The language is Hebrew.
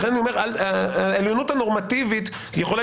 לכן אני אומר שהעליונות הנורמטיבית יכולה